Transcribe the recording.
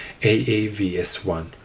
AAVS1